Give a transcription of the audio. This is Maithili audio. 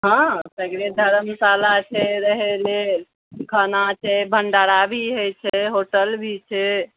हँ सगरे धर्मशाला छै रहै लेल खाना छै भण्डारा भी होइ छै होटल भी छै